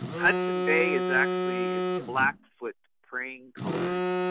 hudson bay is actually, its blackfeet praying colors.